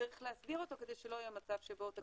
צריך להסדיר אותו כדי שלא יהיה מצב שבו תקציב